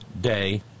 day